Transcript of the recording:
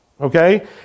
Okay